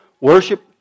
worship